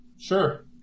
Sure